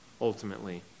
Ultimately